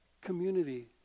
community